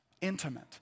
Intimate